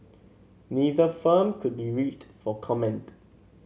neither firm could be reached for comment